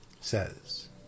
says